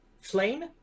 flame